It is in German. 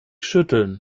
schütteln